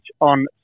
on